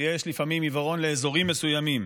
ולפעמים יש עיוורון לאזורים מסוימים,